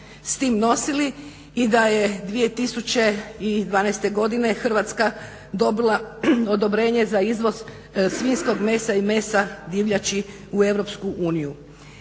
s tim nosili i da je 2012. godine Hrvatska dobila odobrenje za izvoz svinjskog mesa i mesa divljači u EU.